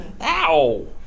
Ow